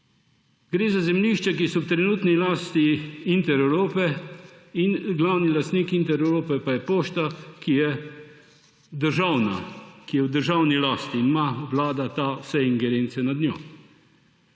Gre za zemljišča, ki so v trenutni lasti Intereurope, glavni lastnik Intereurope je pa Pošta Slovenije, ki je državna, ki je v državni lasti, ima vlada vse ingerence nad njo.